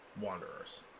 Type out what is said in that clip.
wanderers